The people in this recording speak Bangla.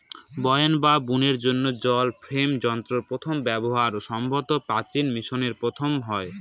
বয়নের বা বুননের জন্য জল ফ্রেম যন্ত্রের প্রথম ব্যবহার সম্ভবত প্রাচীন মিশরে প্রথম হয়